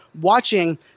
watching